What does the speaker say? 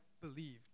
believed